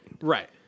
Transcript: Right